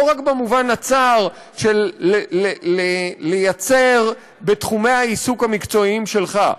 לא רק במובן הצר של לייצר בתחומי העיסוק המקצועיים שלך,